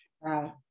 Wow